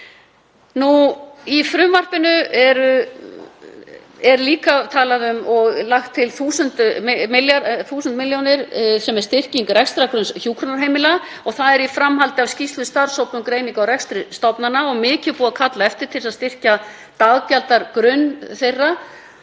Í frumvarpinu er líka talað um og lagðar til 1.000 milljónir til að styrkja rekstrargrunn hjúkrunarheimila. Það er í framhaldi af skýrslu starfshóps um greiningu á rekstri stofnana og mikið búið að kalla eftir því til þess að styrkja daggjaldagrunn þeirra.